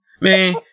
man